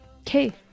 okay